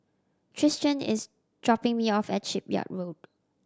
Tristian is dropping me off at Shipyard Road